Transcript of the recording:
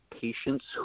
patients